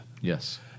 Yes